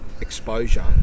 exposure